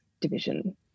division